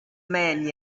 man